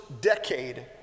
decade